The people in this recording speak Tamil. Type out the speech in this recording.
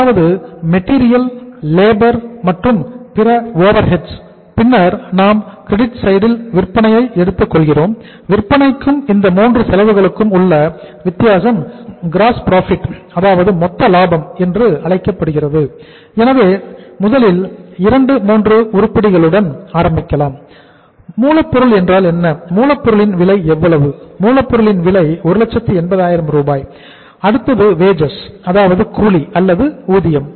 அதாவது மெட்டீரியல் அதாவது கூலி அல்லது ஊதியம்